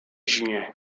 juin